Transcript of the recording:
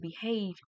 behave